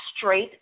straight